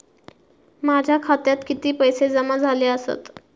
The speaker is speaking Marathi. माझ्या खात्यात किती पैसे जमा झाले आसत?